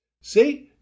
See